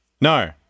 No